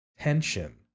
tension